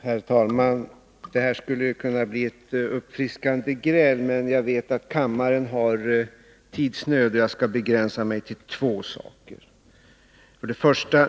Herr talman! Det här skulle kunna bli ett uppfriskande gräl, men jag vet att kammaren har tidsnöd, och jag skall begränsa mig till två saker.